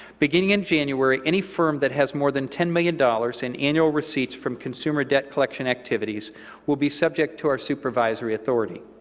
beginning in january, any firm that has more than ten million dollars in annual receipts from consumer debt collection activities will be subject to our supervisory authority.